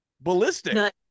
ballistic